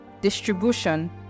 distribution